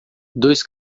dois